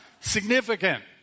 significant